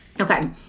Okay